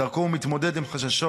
בדרכו הוא מתמודד עם חששות